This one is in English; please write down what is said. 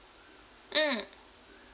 mm